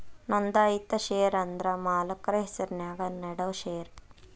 ನೋಂದಾಯಿತ ಷೇರ ಅಂದ್ರ ಮಾಲಕ್ರ ಹೆಸರ್ನ್ಯಾಗ ನೇಡೋ ಷೇರ